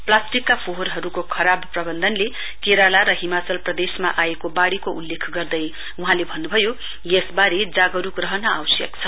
प्लास्टिकका फोहोरहरुको खराब प्रबन्धनले केराला र हिमाचल प्रदेशमा आएको बाढ़ीको उल्लेख गर्दै वहाँले भन्नुभयो यसबारे जागरुक रहनु आवश्यक छ